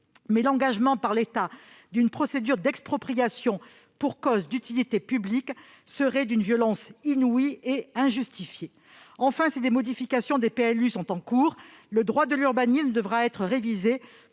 mais l'engagement par l'État d'une procédure d'expropriation pour cause d'utilité publique serait d'une violence inouïe et injustifiée. Enfin, si des modifications des plans locaux d'urbanisme (PLU) sont en cours, le droit de l'urbanisme devra être révisé